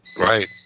Right